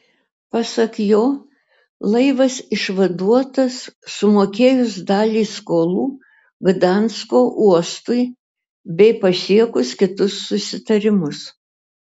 pasak jo laivas išvaduotas sumokėjus dalį skolų gdansko uostui bei pasiekus kitus susitarimus